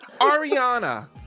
Ariana